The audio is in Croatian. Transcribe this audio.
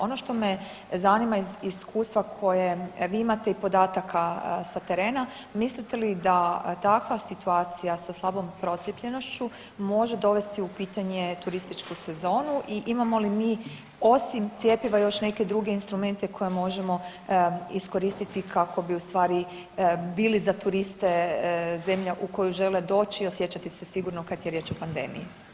Ono što me zanima iz iskustva koje vi imate i podataka sa terena, mislite li da takva situacija sa slabom procijepljenošću može dovesti u pitanje turističku sezonu i imamo li mi osim cjepiva još neke druge instrumente koje možemo iskoristiti kako bi ustvari bili za turiste zemlja u koju žele doći i osjećati se sigurno kad je riječ o pandemiji.